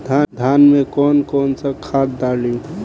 धान में कौन कौनखाद डाली?